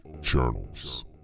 Journals